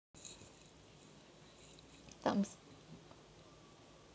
thumbs